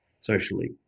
socially